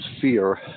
fear